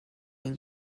این